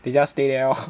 they just stay there lor